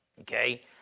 okay